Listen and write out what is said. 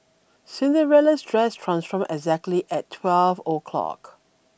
Cinderella's dress transformed exactly at twelve o'clock